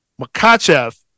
Makachev